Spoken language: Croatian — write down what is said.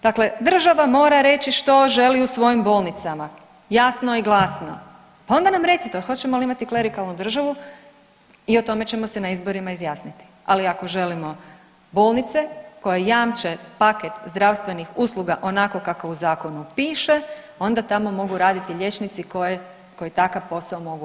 Dakle, država mora reći što želi u svojim bolnicama jasno i glasno, pa ona nam recite hoćemo li imati klerikalnu državu i o tome ćemo se na izborima izjasniti, ali ako želimo bolnice koje jamče paket zdravstvenih usluga onako kako u zakonu piše onda tamo mogu raditi liječnici koji takav posao mogu obavljati.